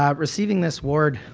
um receiving this award